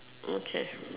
okay